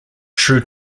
true